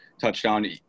touchdown